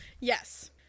Yes